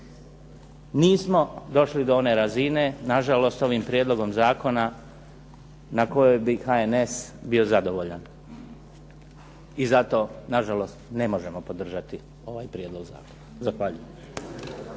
Nismo došli do one razine, na žalost, ovim Prijedlogom zakona kojim bi HNS bio zadovoljan i zato na žalost ne možemo podržati ovaj Prijedlog zakona. Zahvaljujem.